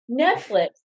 Netflix